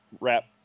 wrap